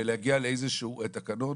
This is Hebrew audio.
ולהגיע לאיזשהו תקנון